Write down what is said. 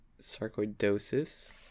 sarcoidosis